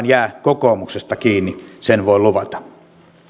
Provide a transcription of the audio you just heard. jää ainakaan kokoomuksesta kiinni sen voin luvata